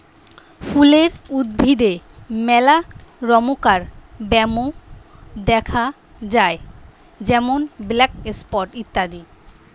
ফুলের উদ্ভিদে মেলা রমকার ব্যামো দ্যাখা যায় যেমন ব্ল্যাক স্পট ইত্যাদি